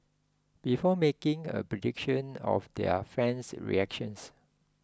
before making a prediction of their fan's reactions